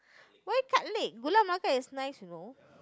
why cut leg Gula-Melaka is nice you know